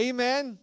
Amen